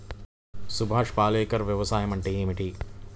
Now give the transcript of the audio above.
సుభాష్ పాలేకర్ వ్యవసాయం అంటే ఏమిటీ?